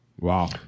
Wow